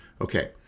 Okay